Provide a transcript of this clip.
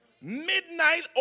midnight